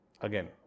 again